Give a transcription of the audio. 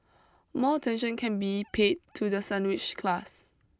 more attention can be paid to the sandwiched class